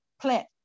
plant